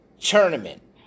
tournament